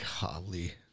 golly